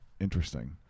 Interesting